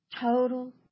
Total